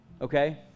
Okay